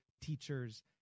teachers